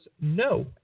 no